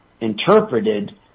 interpreted